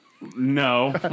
No